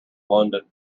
london